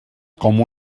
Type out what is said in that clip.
com